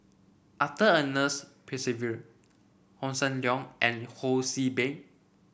Arthur Ernest Percival Hossan Leong and Ho See Beng